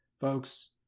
folks